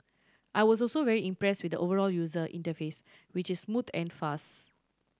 I was also very impress with the overall user interface which is smooth and fast